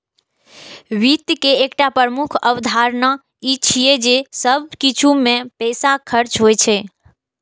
वित्त के एकटा प्रमुख अवधारणा ई छियै जे सब किछु मे पैसा खर्च होइ छै